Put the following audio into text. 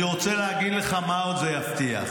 אני רוצה להגיד לך מה עוד זה יבטיח,